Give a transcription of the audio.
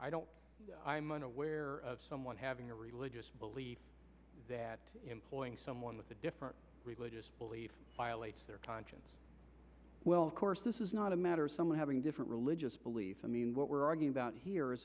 i don't i'm unaware of someone having a religious belief that employing someone with a different belief violates their conscience well of course this is not a matter of someone having different religious beliefs i mean what we're arguing about here is